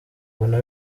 mbona